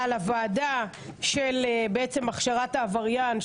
אחד זה על הוועדה של הכשרת העבריין,